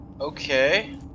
Okay